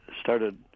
started